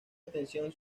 extensión